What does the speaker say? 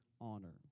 honor